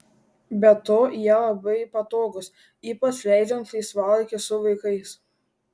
be to jie labai patogūs ypač leidžiant laisvalaikį su vaikais